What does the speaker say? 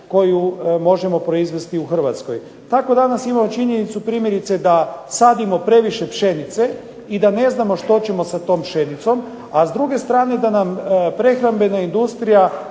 koju možemo proizvesti u Hrvatskoj. Tako danas imamo činjenicu, primjerice da sadimo previše pšenice i da ne znamo što ćemo s tom pšenicom. A s druge strane da nam prehrambena industrija